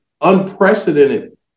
unprecedented